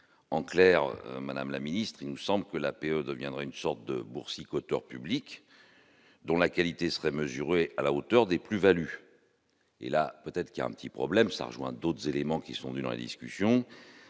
en clair, madame la ministre, il nous semble que la paix deviendrait une sorte de boursicoteurs public dont la qualité serait mesurée à la hauteur des plus-values et là peut-être qu'il y a un petit problème, ça rejoint d'autres éléments qui sont d'une lice pulsions,